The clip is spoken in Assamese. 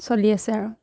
চলি আছে আৰু